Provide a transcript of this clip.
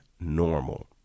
normal